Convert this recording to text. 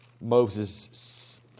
Moses